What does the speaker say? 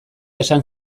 esan